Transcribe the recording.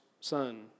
son